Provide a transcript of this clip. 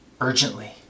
urgently